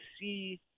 see